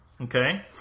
okay